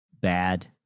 bad